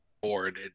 board